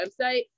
website